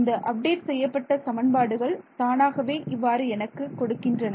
இந்த அப்டேட் செய்யப்பட்ட சமன்பாடுகள் தானாகவே இவ்வாறு எனக்கு கொடுக்கின்றன